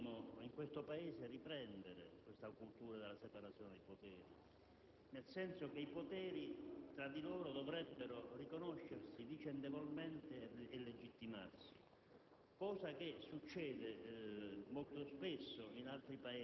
Credo che dovremmo in questo Paese riprendere la cultura della separazione dei poteri, nel senso che i poteri tra di loro dovrebbero riconoscersi vicendevolmente e legittimarsi,